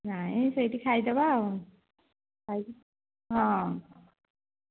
ନାହିଁ ସେହିଠି ଖାଇଦେବା ଆଉ ଖାଇକି ହଁ